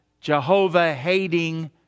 Jehovah-hating